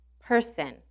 person